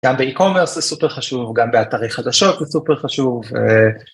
גם ב e-commerce זה סופר חשוב, גם באתרי חדשות זה סופר חשוב.